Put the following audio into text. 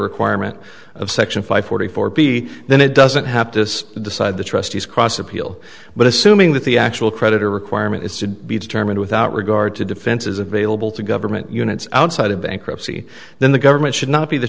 requirement of section five forty four b then it doesn't have to decide the trustees cross appeal but assuming that the actual creditor requirement is to be determined without regard to defenses available to government units outside of bankruptcy then the government should not be the